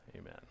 amen